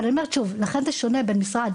אבל אני אומרת שוב, לכן זה שונה בין משרד.